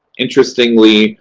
interestingly,